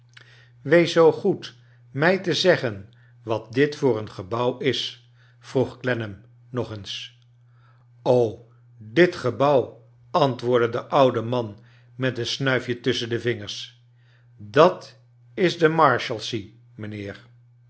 wees zoo goed mij te zeggen wat dit voor een gebouw is vroeg clennam nog eens dit gebouw antwoorddc de oude man met een snuifje tusschen de vingers dat is de marshalsea mijnheer